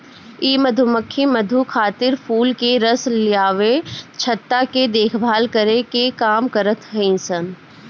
इ मधुमक्खी मधु खातिर फूल के रस लियावे, छत्ता के देखभाल करे के काम करत हई सन